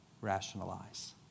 rationalize